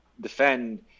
defend